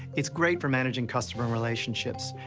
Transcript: it's great for managing customer relationships.